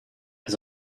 has